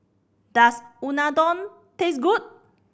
does Unadon taste good